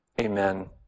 amen